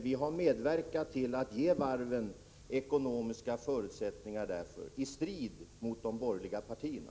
Vi har medverkat till att ge varven ekonomiska förutsättningar härför — i strid mot de borgerliga partierna.